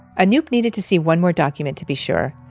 anoop needed to see one more document to be sure.